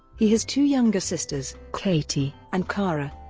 he has two younger sisters, katie and kara.